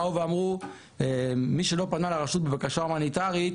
באו ואמרו מי שלא פנה לרשות בבקשה הומניטרית,